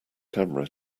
camera